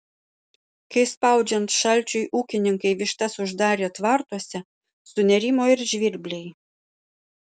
kai spaudžiant šalčiui ūkininkai vištas uždarė tvartuose sunerimo ir žvirbliai